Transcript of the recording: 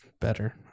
better